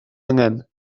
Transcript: angen